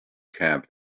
camp